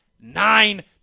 nine